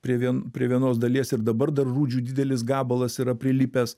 prie vien prie vienos dalies ir dabar dar rūdžių didelis gabalas yra prilipęs